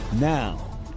now